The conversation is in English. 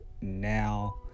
now